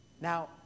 now